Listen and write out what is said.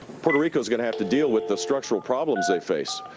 puerto rico is going to have to deal with the structural problems they face.